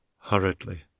hurriedly